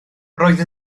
roedd